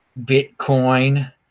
Bitcoin